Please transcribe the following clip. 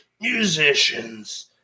musicians